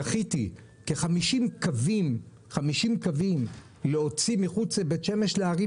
זכיתי להוציא כ-50 קווים מחוץ לבית שמש לערים